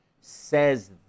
says